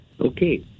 Okay